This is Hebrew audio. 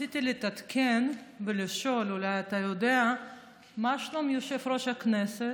רציתי להתעדכן ולשאול: אולי אתה יודע מה שלום יושב-ראש הכנסת?